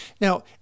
Now